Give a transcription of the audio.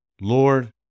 Lord